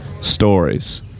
stories